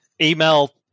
Email